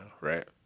right